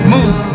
Move